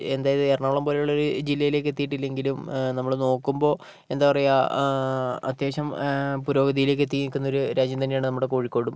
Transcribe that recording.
എന്തായിത് എറണാകുളം പോലുള്ള ഒരു ജില്ലയിലേക്ക് എത്തിട്ടില്ലെങ്കിലും നമ്മൾ നോക്കുമ്പോൾ എന്താ പറയുക അത്യാവശ്യം പുരോഗതിയിലേക്ക് എത്തി നിൽക്കുന്ന ഒരു രാജ്യം തന്നെയാണ് നമ്മുടെ കോഴിക്കോടും